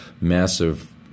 massive